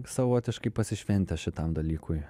savotiškai pasišventęs šitam dalykui